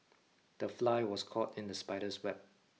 the fly was caught in the spider's web